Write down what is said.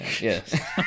Yes